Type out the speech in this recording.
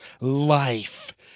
Life